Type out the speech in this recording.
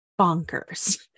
bonkers